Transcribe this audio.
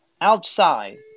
Outside